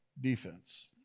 defense